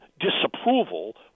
disapproval